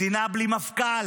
מדינה בלי מפכ"ל,